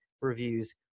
reviews